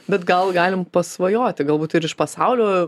bet gal galim pasvajoti galbūt ir iš pasaulio